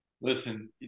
Listen